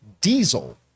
Diesel